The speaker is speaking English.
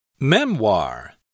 Memoir